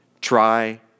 Try